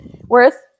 worth